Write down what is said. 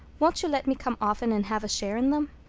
won't you let me come often and have a share in them?